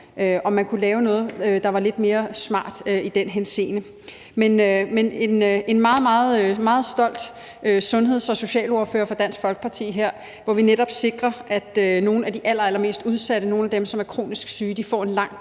man mon lave noget, der var lidt mere smart i den henseende? Men det er en meget, meget stolt sundheds- og socialordfører fra Dansk Folkeparti, der står her, for vi sikrer netop, at nogle af de allerallermest udsatte, nogle af dem, som er kronisk syge, får en langt